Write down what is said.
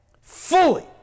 fully